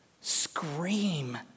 scream